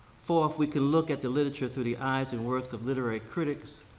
four, if we could look at the literature through the eyes and works of literary critics,